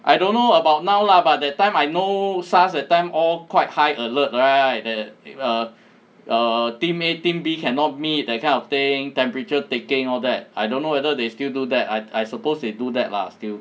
I don't know about now lah but that time I know SARS that time all quite high alert right that err err team A team B cannot meet that kind of thing temperature taking all that I don't know whether they still do that I I suppose they do that lah still